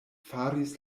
faris